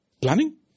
Planning